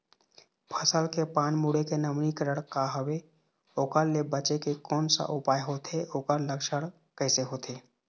फसल के पान मुड़े के नवीनीकरण का हवे ओकर ले बचे के कोन सा उपाय होथे ओकर लक्षण कैसे होथे?